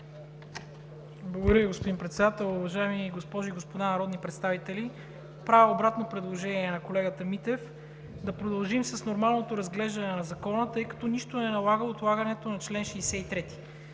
Благодаря Ви, господин Председател. Уважаеми госпожи и господа народни представители! Правя обратно предложение на колегата Митев – да продължим с нормалното разглеждане на Закона, тъй като нищо не налага отлагането на чл. 63.